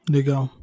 Legal